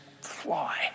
fly